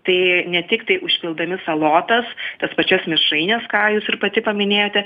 tai ne tiktai užpildami salotas tas pačias mišraines ką jūs ir pati paminėjote